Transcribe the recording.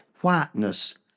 whiteness